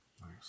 Nice